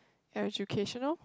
educational